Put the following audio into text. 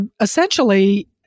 essentially